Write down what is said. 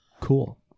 Cool